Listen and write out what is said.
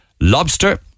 lobster